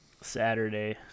Saturday